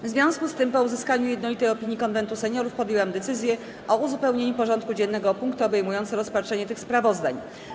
W związku z tym, po uzyskaniu jednolitej opinii Konwentu Seniorów, podjęłam decyzję o uzupełnieniu porządku dziennego o punkty obejmujące rozpatrzenie tych sprawozdań.